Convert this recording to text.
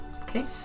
Okay